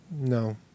No